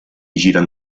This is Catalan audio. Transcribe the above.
giren